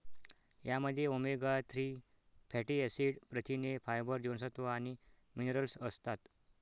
यामध्ये omega three fatty acid, प्रथिने, fibre, जीवनसत्व आणि मिनरल्स असतात